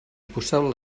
poseu